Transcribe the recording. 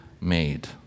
made